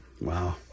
Wow